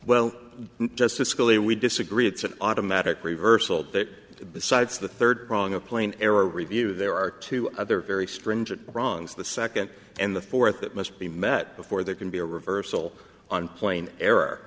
well justice scalia we disagree it's an automatic reversal that besides the third prong of plane error review there are two other very stringent wrongs the second and the fourth that must be met before there can be a reversal on plain er